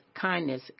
kindness